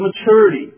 maturity